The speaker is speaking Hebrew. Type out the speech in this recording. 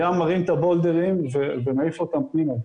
הים מרים את הבולדרים ומעיף אותם פנימה.